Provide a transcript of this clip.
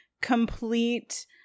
Complete